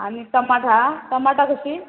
आनी टमाट हा टमाटां कशीं